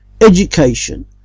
education